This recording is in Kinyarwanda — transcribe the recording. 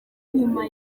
nyuma